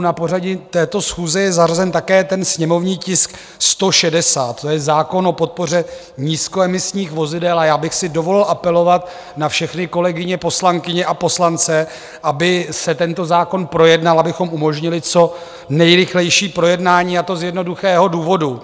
Na pořadu této schůze je zařazen také ten sněmovní tisk 160, to je zákon o podpoře nízkoemisních vozidel, a já bych si dovolil apelovat na všechny kolegyně poslankyně a poslance, aby se tento zákon projednal, abychom umožnili co nejrychlejší projednání, a to z jednoduchého důvodu.